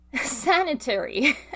sanitary